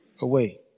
away